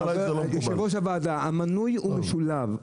אבל עליית המחירים גורמת לכך שהמזור שהבאנו קודם לכן